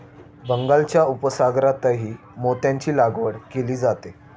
बंगालच्या उपसागरातही मोत्यांची लागवड केली जाते